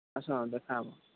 ଆସ ଦେଖା ହେବ